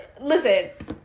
listen